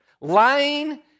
Lying